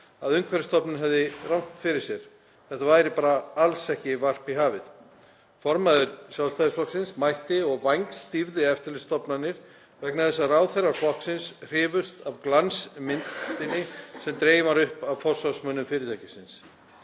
að Umhverfisstofnun hefði rangt fyrir sér, þetta væri bara alls ekki varp í hafið. Formaður Sjálfstæðisflokksins mætti og vængstýfði eftirlitsstofnanir vegna þess að ráðherrar flokksins hrifust af glansmyndinni sem dregin var upp af forsvarsmönnum fyrirtækisins.